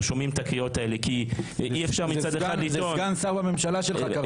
זה סגן שר בממשלה שלך קרא.